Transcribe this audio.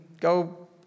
go